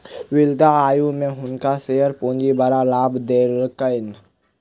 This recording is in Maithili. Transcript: वृद्ध आयु में हुनका शेयर पूंजी बड़ लाभ देलकैन